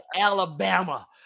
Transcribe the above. Alabama